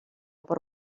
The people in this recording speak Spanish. por